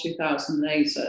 2008